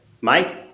Mike